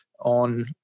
on